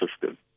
system